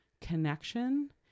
connection